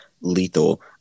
lethal